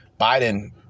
Biden